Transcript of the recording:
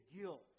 guilt